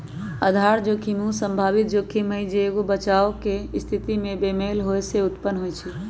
आधार जोखिम उ संभावित जोखिम हइ जे एगो बचाव के स्थिति में बेमेल होय से उत्पन्न होइ छइ